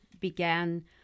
Began